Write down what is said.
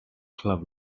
club